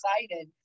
excited